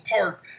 park